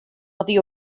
oddi